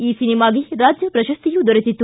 ಈ ಸಿನಿಮಾಗೆ ರಾಜ್ಯ ಪ್ರಶಸ್ತಿಯೂ ದೊರೆತಿತ್ತು